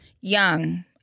Young